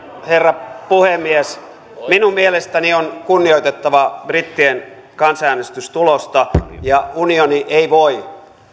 herra puhemies minun mielestäni on kunnioitettava brittien kansanäänestystulosta ja unioni ei voi